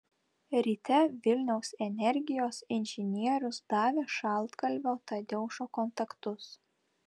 ryte vilniaus energijos inžinierius davė šaltkalvio tadeušo kontaktus